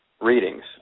Readings